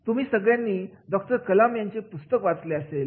तुम्ही सगळ्यांनी डॉक्टर कलाम यांचे पुस्तक वाचले असेल